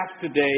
today